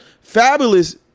Fabulous